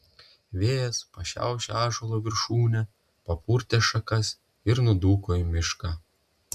vėjas pašiaušė ąžuolo viršūnę papurtė šakas ir nudūko į mišką